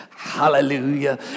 Hallelujah